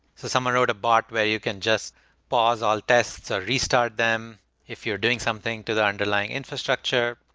so someone wrote a bot where you can just pause all tests or restart them if you're doing something to the underlying infrastructure,